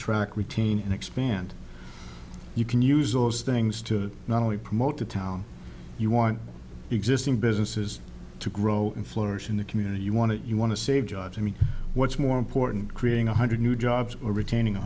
track retain and expand you can use those things to not only promote the town you want existing businesses to grow and flourish in the community you want it you want to save jobs i mean what's more important creating one hundred new jobs or retaining a